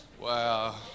wow